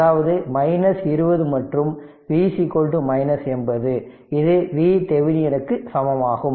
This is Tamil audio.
அதாவது 20 மற்றும் V 80 இது VThevenin இக்கு சமமாகும்